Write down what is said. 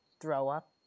throw-up